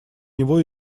него